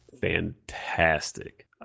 fantastic